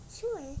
Sure